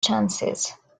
chances